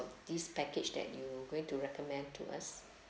this package that you going to recommend to us